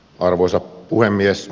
arvoisa puhemies